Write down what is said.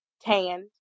tanned